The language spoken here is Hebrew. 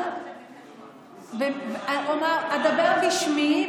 אנחנו אדבר בשמי,